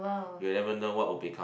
you never know what will become